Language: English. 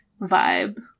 vibe